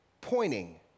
pointing